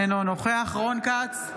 אינו נוכח רון כץ,